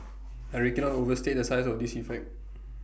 I really cannot overstate the size of this effect